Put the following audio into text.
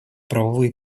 правовые